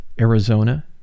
Arizona